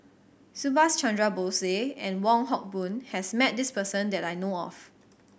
Subhas Chandra Bose and Wong Hock Boon has met this person that I know of